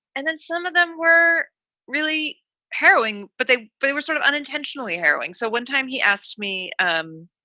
and then some of them were really harrowing, but they they were sort of unintentionally harrowing. so one time he asked me, um